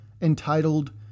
entitled